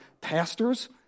pastors